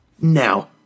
now